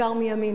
ובעיקר מימין".